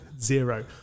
Zero